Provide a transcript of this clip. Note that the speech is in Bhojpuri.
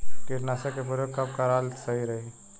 कीटनाशक के प्रयोग कब कराल सही रही?